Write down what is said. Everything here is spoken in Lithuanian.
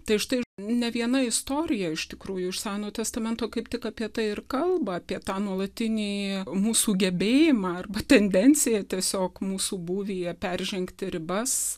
tai štai ne viena istorija iš tikrųjų iš senojo testamento kaip tik apie tai ir kalba apie tą nuolatinį mūsų gebėjimą arba tendenciją tiesiog mūsų būvyje peržengti ribas